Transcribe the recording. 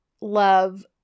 love